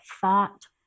thought